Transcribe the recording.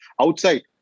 outside